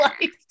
life